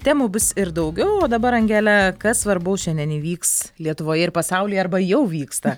temų bus ir daugiau o dabar angele kas svarbaus šiandien įvyks lietuvoje ir pasaulyje arba jau vyksta